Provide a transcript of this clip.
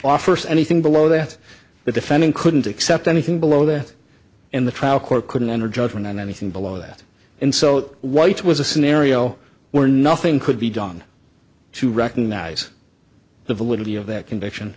offer anything below that the defendant couldn't accept anything below that and the trial court couldn't enter judgment on anything below that and so white was a scenario where nothing could be done to recognize the validity of that conviction